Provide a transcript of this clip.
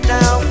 now